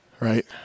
right